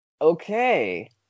Okay